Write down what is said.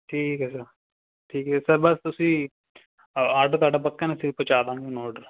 ਠੀਕ ਹੈ ਸਰ ਠੀਕ ਹੈ ਸਰ ਬਸ ਤੁਸੀਂ ਆਡਰ ਤੁਹਾਡਾ ਪੱਕਾ ਨਾ ਫਿਰ ਪਹੁੰਚਾ ਦੇਵਾਂਗੇ ਤੁਹਾਨੂੰ ਓਡਰ